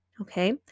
Okay